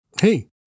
Hey